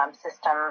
system